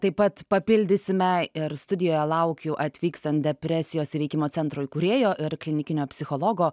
taip pat papildysime ir studijoje laukiu atvykstant depresijos įveikimo centro įkūrėjo ir klinikinio psichologo